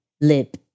lip